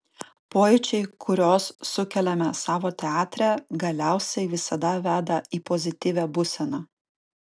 pojūčiai kuriuos sukeliame savo teatre galiausiai visada veda į pozityvią būseną